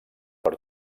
per